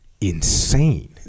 insane